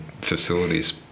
facilities